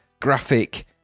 graphic